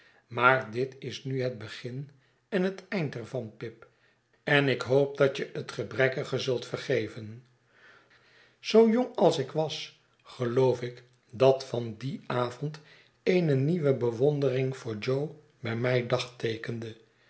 maar dit is nu het begin en het eind er van pip en ik hoop dat je het gebrekkige zult vergeven zoo jong als ik was geloof ik dat van dien avond eene nieuwe bewonderiug voor jo bij mij